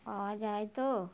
পাওয়া যায় তো